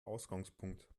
ausgangspunkt